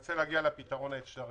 ומנסה להגיע לפתרון האפשרי.